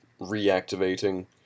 reactivating